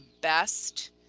best